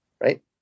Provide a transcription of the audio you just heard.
Right